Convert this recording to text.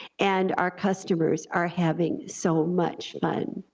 and our customers are having so much but